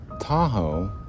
Tahoe